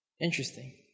Interesting